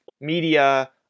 media